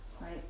right